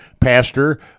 Pastor